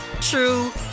true